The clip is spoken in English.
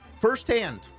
firsthand